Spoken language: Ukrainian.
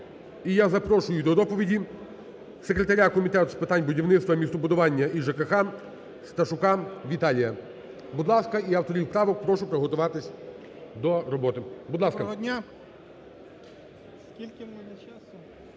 І я запрошую до доповіді секретаря Комітету з питань будівництва, містобудування і ЖКГ Сташука Віталія. Будь ласка. І авторів правок прошу приготуватись до роботи. Будь ласка. 11:22:53 СТАШУК В.Ф. Доброго дня! Скільки в мене часу?